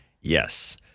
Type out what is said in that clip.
Yes